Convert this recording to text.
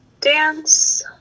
dance